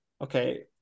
okay